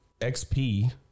XP